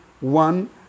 one